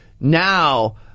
now